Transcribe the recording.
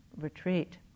retreat